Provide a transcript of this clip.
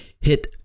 hit